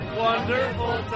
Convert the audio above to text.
wonderful